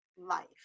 life